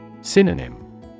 Synonym